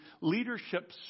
leadership